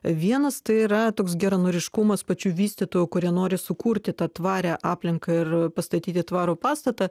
vienas tai yra toks geranoriškumas pačių vystytojų kurie nori sukurti tą tvarią aplinką ir pastatyti tvarų pastatą